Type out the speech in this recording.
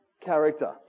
character